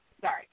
Sorry